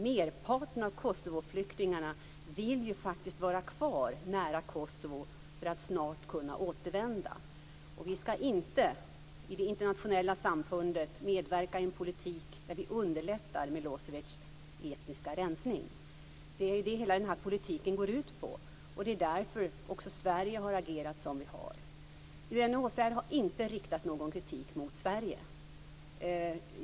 Merparten av Kosovoflyktingarna vill faktiskt vara kvar nära Kosovo så att de snart kan återvända. Vi skall inte i det internationella samfundet medverka i en politik som underlättar Milosevic etniska rensning. Det är det som hela den här politiken går ut på. Det är också därför som vi i Sverige har agerat som vi har gjort. UNHCR har inte riktat någon kritik mot Sverige.